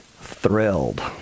Thrilled